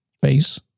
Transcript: face